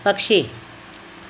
पक्षी